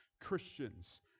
Christians